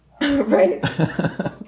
right